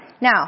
Now